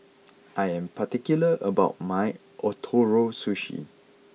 I am particular about my Ootoro Sushi